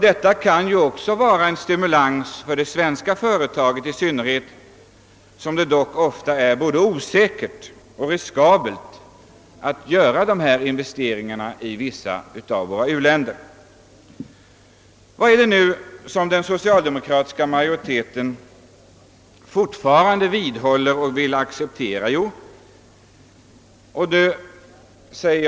Detta kan också vara en stimulans för de svenska företagen i synnerhet som det ofta är både osäkert och riskabelt att göra sådana investeringar i vissa av u-länderna, Herr talman! Vilken uppfattning är det nu som den socialdemokratiska majoriteten i detta sammanhang vidhåller?